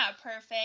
perfect